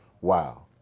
Wow